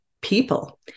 people